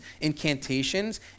incantations